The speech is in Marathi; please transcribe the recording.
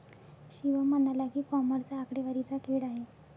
शिवम म्हणाला की, कॉमर्स हा आकडेवारीचा खेळ आहे